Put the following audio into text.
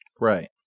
Right